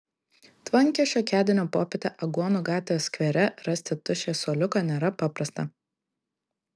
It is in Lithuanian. tvankią šiokiadienio popietę aguonų gatvės skvere rasti tuščią suoliuką nėra paprasta